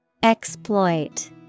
Exploit